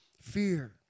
Fear